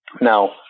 now